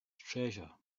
treasure